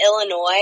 Illinois